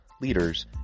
leaders